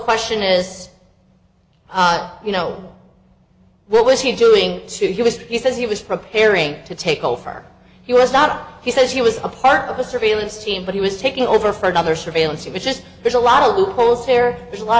question is you know what was he doing to you he was he says he was preparing to take over he was not he says he was a part of the surveillance team but he was taking over for another surveillance you just there's a lot of loopholes here there's a lot